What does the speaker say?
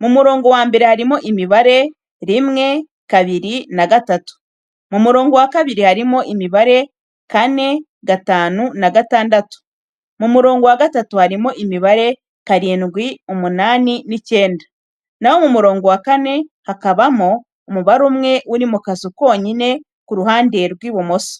Mu murongo wa mbere harimo imibare: rimwe, kabiri na gatatu; mu murongo wa kabiri harimo imibare: kane, gatanu na gatandatu; mu murongo wa gatatu harimo imibare: karindwi, umunani n'icyenda; naho mu murongo wa kane hakabamo umubare umwe uri mu kazu konyine ku ruhande rw’ibumoso.